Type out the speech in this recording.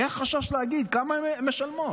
היה חשש להגיד כמה הן משלמות.